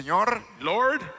Lord